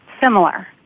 similar